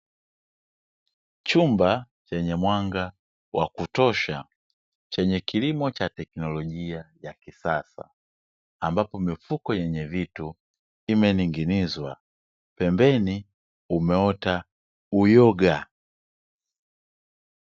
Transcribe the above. Chumba chenye mwanga wa kutosha chenye kilimo cha teknolojia ya kisasa, ambapo mifuko yenye vitu imening’inizwa; pembeni umeota uyoga.